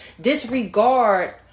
disregard